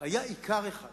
היה איכר אחד